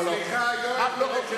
סליחה, יואל.